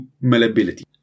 malleability